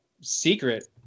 secret